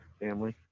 family